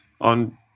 on